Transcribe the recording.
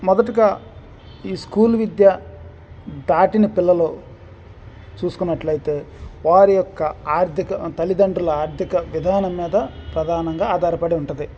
మొదటిగా ఈ స్కూల్ విద్య దాటిన పిల్లలు చూసుకున్నట్లైతే వారి యొక్క ఆర్థిక తల్లిదండ్రుల ఆర్థిక విధానం మీద ప్రధానంగా ఆధారపడి ఉంటుంది